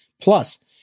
Plus